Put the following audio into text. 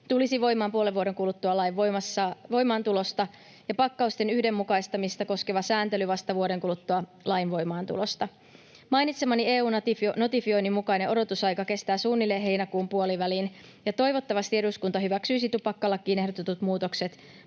tulisi voimaan puolen vuoden kuluttua lain voimaantulosta ja pakkausten yhdenmukaistamista koskeva sääntely vasta vuoden kuluttua lain voimaantulosta. Mainitsemani EU-notifioinnin mukainen odotusaika kestää suunnilleen heinäkuun puoliväliin, ja toivottavasti eduskunta hyväksyisi tupakkalakiin ehdotetut muutokset